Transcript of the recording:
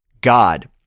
God